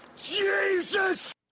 Jesus